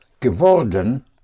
geworden